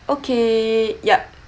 okay yup